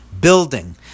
building